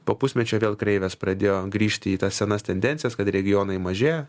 po pusmečio vėl kreivės pradėjo grįžti į tas senas tendencijas kad regionai mažėja